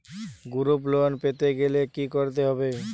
Group loan পেতে গেলে কি করতে হবে?